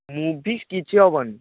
movies କିଛି ହେବନି